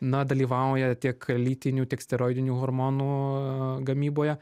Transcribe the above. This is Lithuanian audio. na dalyvauja tiek lytinių tiek steroidinių hormonų gamyboje